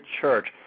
church